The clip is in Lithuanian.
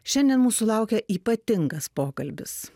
šiandien mūsų laukia ypatingas pokalbis